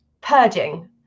purging